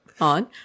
on